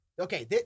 Okay